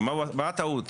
ומה הטעות?